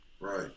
right